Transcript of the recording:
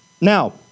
Now